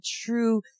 true